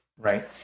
Right